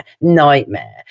nightmare